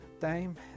time